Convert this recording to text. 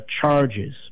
charges